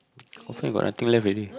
okay you got nothing left already